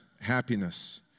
happiness